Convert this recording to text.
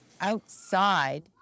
outside